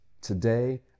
Today